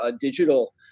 digital